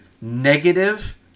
negative